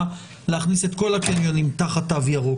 להכניס את כל הקניונים תחת תו ירוק.